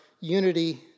unity